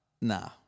Nah